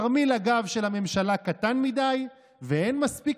תרמיל הגב של הממשלה קטן מדי ואין מספיק